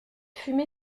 fumée